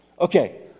Okay